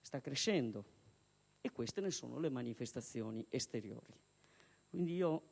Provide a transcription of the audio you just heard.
sta crescendo e queste ne sono le manifestazioni esteriori. Mi dichiaro